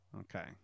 okay